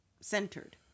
centered